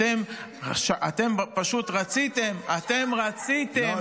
אתם פשוט רציתם, אנחנו רוצים שרק, לא.